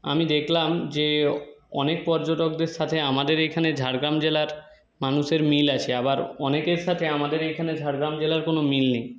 আমি দেখলাম যে অনেক পর্যটকদের সাথে আমাদের এখানে ঝাড়গ্রাম জেলার মানুষের মিল আছে আবার অনেকের সাথে আমাদের এখানে ঝাড়গ্রাম জেলার কোন মিল নেই